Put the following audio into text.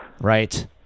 Right